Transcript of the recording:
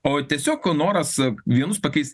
o tiesiog noras vienus pakeis